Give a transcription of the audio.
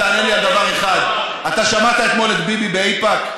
תענה לי על דבר אחד: שמעת אתמול את ביבי באיפא"ק?